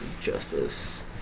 justice